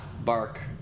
bark